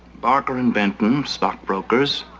barker and benton stockbrokers.